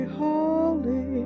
holy